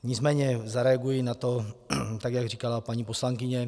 Nicméně zareaguji na to, tak jak říkala paní poslankyně.